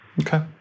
Okay